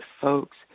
folks